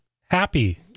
happy